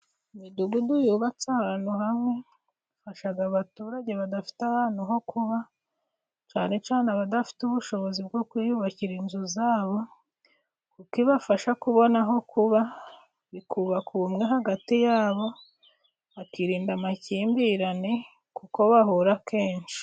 Imidugudu yubatse ahantu hamwe, ifasha abaturage badafite ahantu ho kuba cyane cyane abadafite ubushobozi bwo kwiyubakira inzu zabo, kuko ibafasha kubona aho kuba, ikubaka ubumwe hagati yabo, bakirinda amakimbirane kuko bahura kenshi.